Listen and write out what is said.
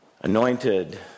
anointed